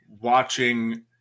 watching